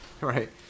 Right